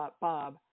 Bob